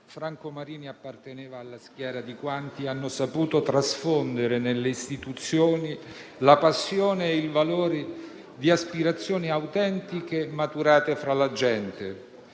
Franco Marini apparteneva alla schiera di quanti hanno saputo trasfondere nelle istituzioni la passione e i valori di aspirazioni autentiche maturate fra la gente.